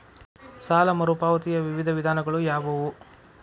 ಸಾಲ ಮರುಪಾವತಿಯ ವಿವಿಧ ವಿಧಾನಗಳು ಯಾವುವು?